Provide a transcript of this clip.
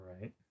right